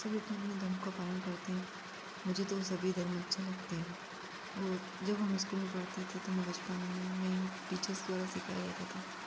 सभी अपने अपने धर्म का पालन करते हैं मुझे तो सभी धर्म अच्छे लगते हैं और जब हम स्कूल में पढ़ते थे तो हमें बचपन में ही टीचर्स द्वारा सिखाया जाता था